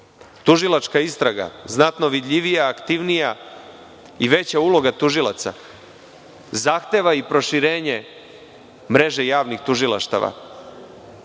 tužilačka istraga znatno vidljivija, aktivnija i veća uloga tužilaca, zahteva i proširenje mreže javnih tužilaštava